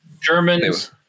germans